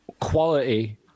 quality